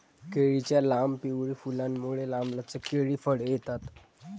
केळीच्या लांब, पिवळी फुलांमुळे, लांबलचक केळी फळे येतात